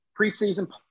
preseason